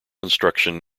instruction